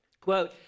Quote